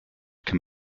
can